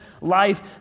life